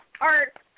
Art